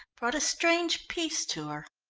brought a strange peace to her.